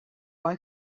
why